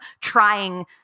trying